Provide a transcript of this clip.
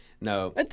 No